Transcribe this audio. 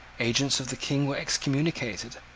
agents of the king were excommunicated.